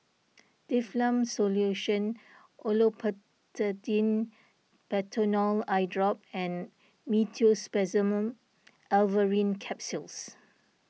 Difflam Solution Olopatadine Patanol Eyedrop and Meteospasmyl Alverine Capsules